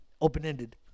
open-ended